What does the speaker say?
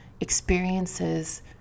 experiences